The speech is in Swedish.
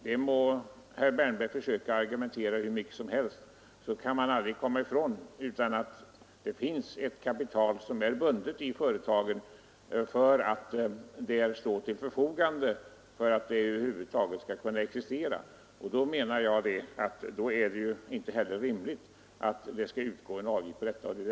Herr Wärnberg må argumentera hur mycket som helst, men man kan aldrig komma ifrån att det finns ett kapital bundet i företagen som står till förfogande för att företaget över huvud taget skall kunna existera. Då är det inte rimligt att det skall utgå en avgift på detta kapital.